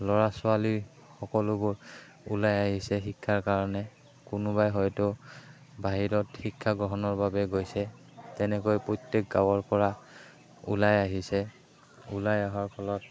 ল'ৰা ছোৱালী সকলোবোৰ ওলাই আহিছে শিক্ষাৰ কাৰণে কোনোবাই হয়তো বাহিৰত শিক্ষা গ্ৰহণৰ বাবে গৈছে তেনেকৈ প্ৰত্যেক গাঁৱৰ পৰা ওলাই আহিছে ওলাই অহাৰ ফলত